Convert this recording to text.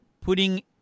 putting